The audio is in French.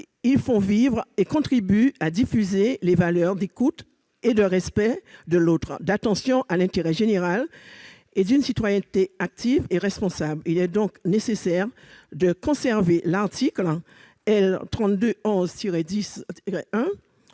ils font vivre et contribuent à diffuser les valeurs d'écoute et de respect de l'autre, d'attention à l'intérêt général et d'une citoyenneté active et responsable. Il est donc nécessaire de conserver l'article L. 5211-10-1